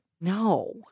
No